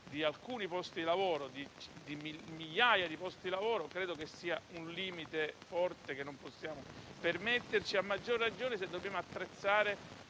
e la messa in sicurezza di migliaia di posti di lavoro credo sia un limite forte che non possiamo permetterci, a maggior ragione se dobbiamo attrezzare